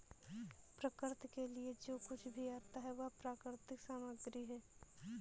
प्रकृति के लिए जो कुछ भी आता है वह प्राकृतिक सामग्री है